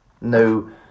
No